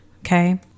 okay